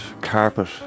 carpet